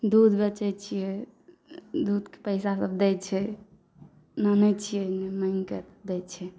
दूध बेचैत छियै दूधके पैसा सभ दैत छै आनैत छियै माङ्गिके दैत छै